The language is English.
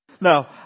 No